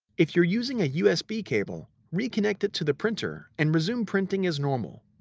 if you're using a usb cable, reconnect it to the printer and resume printing as normal.